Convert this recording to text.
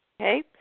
Okay